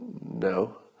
No